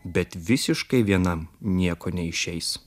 bet visiškai vienam nieko neišeis